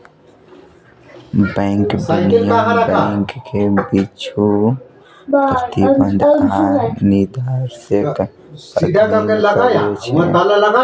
bank विनियमन bank कें किछु प्रतिबंध आ दिशानिर्देशक अधीन करै छै